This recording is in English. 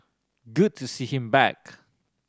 good to see him back